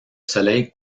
soleil